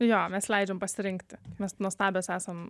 jo mes leidžiam pasirinkti mes nuostabios esam